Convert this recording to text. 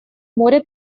море